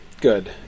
good